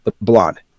blonde